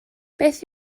beth